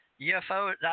UFO